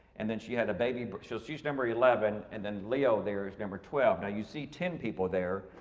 and then she had a baby but she's she's number eleven. and then leo there is number twelve. now you see ten people there.